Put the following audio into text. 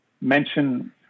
mention